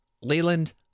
Leland